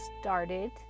started